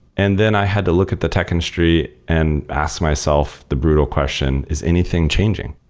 and then i had to look at the tech industry and ask myself the brutal question, is anything changing?